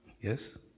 yes